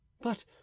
But